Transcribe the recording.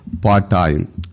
part-time